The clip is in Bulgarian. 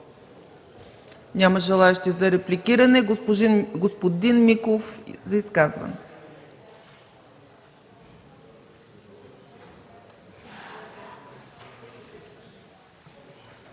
Няма желаещи за репликиране. Господин Миков – за изказване.